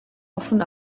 offen